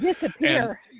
disappear